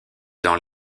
dans